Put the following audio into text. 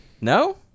No